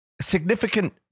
significant